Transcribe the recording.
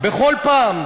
בכל פעם,